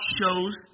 shows